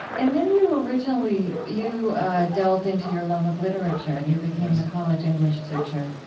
and then you originally you ah delved into your love of literature and you became a college english teacher.